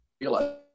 realize